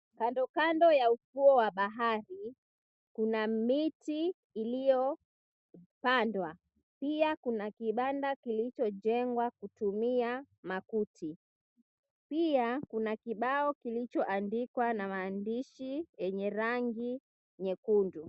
Kando kando ya ufuo wa bahari, kuna miti iliyopandwa pia kuna kibanda kilichojengwa kutumia makuti pia kuna kibao kilichoandikwa na maandishi yenye rangi nyekundu.